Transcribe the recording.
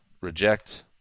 reject